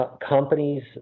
companies